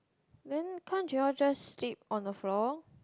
then can't you all just sleep on the floor